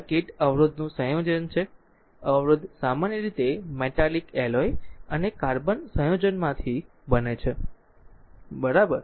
circuit અવરોધ નું સંયોજન છે અવરોધ સામાન્ય રીતે મેટાલિક એલોય અને કાર્બન સંયોજનોમાંથી બને છે બરાબર